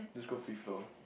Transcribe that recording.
let's go free flow